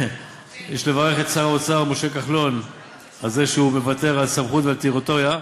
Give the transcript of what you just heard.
יש לברך את שר האוצר משה כחלון על זה שהוא מוותר על סמכות ועל טריטוריה,